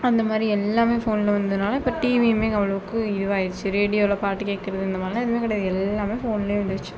அந்தமாதிரி எல்லாமே ஃபோனில் வந்ததினால இப்போ டிவியுமே அவ்வளோவுக்கு இதுவாயிடுச்சு ரேடியோவில் பாட்டு கேட்கறது இந்தமாதிரிலாம் எதுவுமே கிடையாது எல்லாமே ஃபோனில் வந்துடுச்சு